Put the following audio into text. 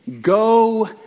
Go